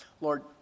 Lord